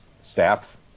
Staff